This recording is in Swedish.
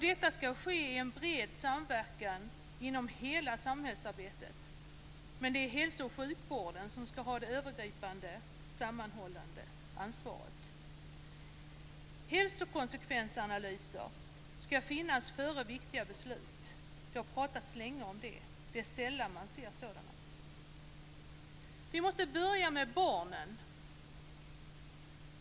Detta skall ske i en bred samverkan inom hela samhällsarbetet. Men det är hälso och sjukvården som skall ha det övergripande sammanhållande ansvaret. Hälsokonsekvensanalyser skall finnas före viktiga beslut. Det har pratats länge om det, men det är sällan man ser sådana. Vi måste börja med barnen.